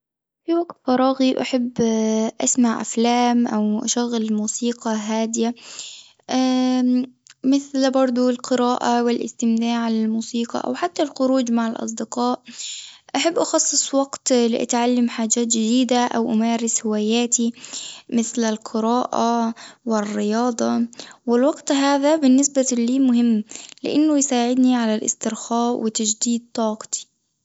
في وقت فراغي أحب أسمع أفلام أو أشغل موسيقى هادية مثل بردو القراءة والاستماع للموسيقى أو حتى الخروج مع الأصدقاء، أحب أخصص وقت لأتعلم حاجات جديدة أو أمارس هواياتي مثل القراءة والرياضة والوقت هذا بالنسبة لي مهم لإنه يساعدني على الاسترخاء وتجديد طاقتي.